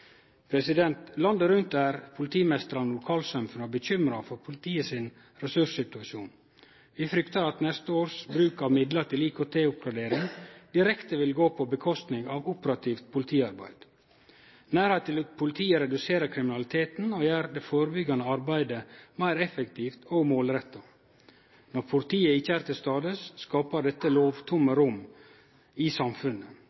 Landet rundt er politimeistrane og lokalsamfunna bekymra for ressurssituasjonen i politiet. Vi fryktar at neste års bruk av midlar til IKT-oppgradering direkte vil kome i staden for operativt politiarbeid. Nærleik til politiet reduserer kriminaliteten og gjer det førebyggjande arbeidet meir effektivt og målretta. Når politiet ikkje er til stades, skapar dette